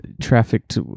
trafficked